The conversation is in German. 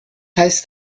heißt